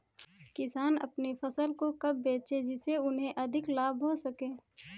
किसान अपनी फसल को कब बेचे जिसे उन्हें अधिक लाभ हो सके?